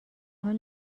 حال